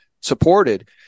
supported